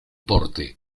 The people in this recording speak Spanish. porte